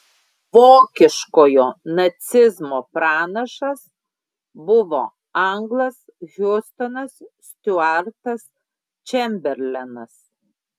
vokiškojo nacizmo pranašas buvo anglas hiustonas stiuartas čemberlenas